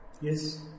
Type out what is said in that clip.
Yes